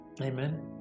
Amen